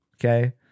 Okay